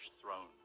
throne